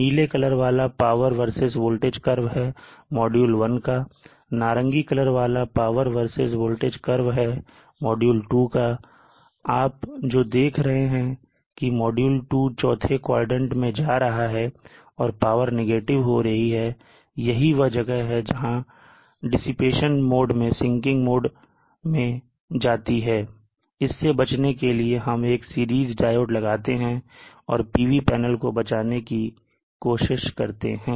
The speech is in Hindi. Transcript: नीले कलर वाला पावर वर्सेस वोल्टेज curve है मॉड्यूल 1 का और नारंगी कलर वाला पावर वर्सेस वोल्टेज curve है मॉड्यूल 2 का और आप जो देख रहे हैं कि मॉड्यूल 2 चौथे क्वाड्रेंट में जा रहा है और पावर नेगेटिव हो रही है यही वह जगह है जहां वह डिसिपेशन मोड से sinking मोड में जाती है इससे बचने के लिए हम एक सीरीज डायोड लगाते हैं और PV पैनल को बचाने की कोशिश करते हैं